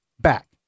back